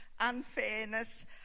unfairness